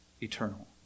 eternal